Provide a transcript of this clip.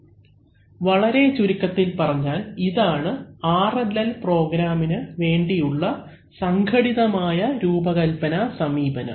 അവലംബിക്കുന്ന സ്ലൈഡ് സമയം 0030 വളരെ ചുരുക്കത്തിൽ പറഞ്ഞാൽ ഇതാണ് RLL പ്രോഗ്രാമിന് വേണ്ടിയുള്ള സംഘടിതമായ രൂപകല്പന സമീപനം